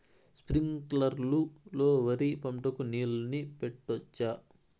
స్ప్రింక్లర్లు లో వరి పంటకు నీళ్ళని పెట్టొచ్చా?